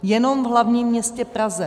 Jenom v hlavním městě Praze.